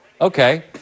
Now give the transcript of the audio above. Okay